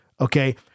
okay